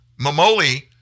Mamoli